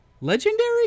legendary